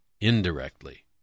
indirectly